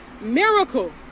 Miracle